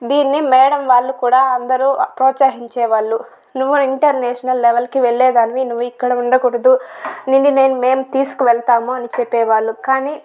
దీన్నే మ్యాడం వాళ్ళు కూడా అందరూ ప్రోత్సహించేవాళ్ళు నువ్వు ఇంటర్నేషనల్ లెవెల్ కి వెళ్లేదానివి నువ్వు ఇక్కడ ఉండకూడదు నిన్ను నేను మేము తీసుకవెళ్తాము అని చెపేవాళ్ళు కానీ